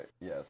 Yes